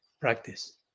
practice